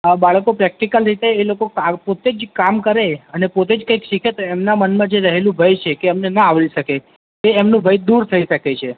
બાળકો પ્રેક્ટીકલ રીતે એ લોકો કા પોતે જ કામ કરે અને એ પોતે જ કંઇક શીખે તો એમના મનમાં જે રહેલું ભય છે કે અમને ના આવડી શકે એ એમનું ભય દૂર થઇ શકે છે